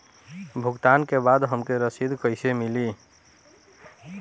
भुगतान के बाद हमके रसीद कईसे मिली?